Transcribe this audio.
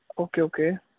okay okay